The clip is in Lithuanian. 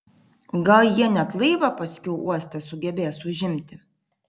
gal jie net laivą paskiau uoste sugebės užimti